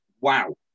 wow